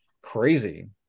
crazy